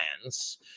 plans